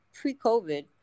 pre-COVID